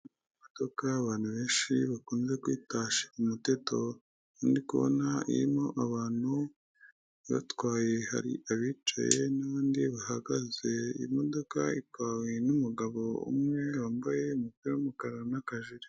Hoteli zitandukanye zo mu Rwanda bakunze kubaka ibyo bakunze kwita amapisine mu rurimi rw'abanyamahanga aho ushobora kuba wahasohokera nabawe mukaba mwahagirira ibihe byiza murimo muroga mwishimisha .